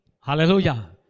Hallelujah